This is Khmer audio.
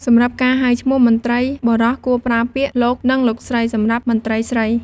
សម្រាប់ការហៅឈ្មោះ មន្ត្រីប្រុសគួរប្រើពាក្យ "លោក" និង "លោកស្រី" សម្រាប់មន្ត្រីស្រី។